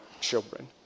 children